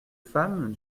femmes